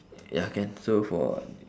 ya can so for